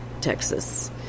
Texas